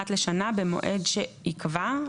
אחת לשנה במועד שיקבע,